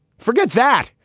forget that.